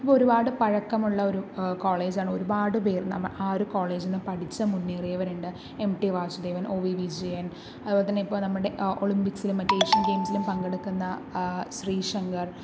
അപ്പോൾ ഒരുപാടു പഴക്കമുള്ള ഒരു കോളേജാണ് ഒരുപാടു പേർ ആ ഒരു കോളേജിൽ നിന്ന് പഠിച്ച് മുന്നേറിയവരുണ്ട് M T Vasudevan O V Vijayan അതുപോലെതന്നെ നമ്മുടെ ഒളിമ്പിക്സിലും മറ്റെ ഏഷ്യൻ ഗെയിംസിലും പങ്കെടുക്കുന്ന ശ്രീശങ്കർ